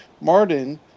Martin